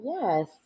Yes